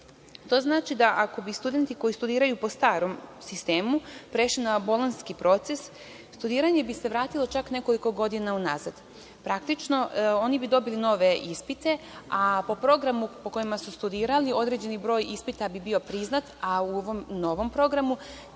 To znači da, ako bi studenti koji studiraju po starom sistemu prešli na bolonjski proces, studiranje bi se vratilo čak nekoliko godina unazad. Praktično, oni bi dobili nove ispite, a po programu po kojima su studirali određeni broj ispita bi bio priznat, a u ovom novom programu,